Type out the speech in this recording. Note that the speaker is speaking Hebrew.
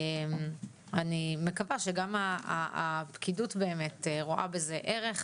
אני מקווה שגם הפקידות באמת רואה בזה ערך.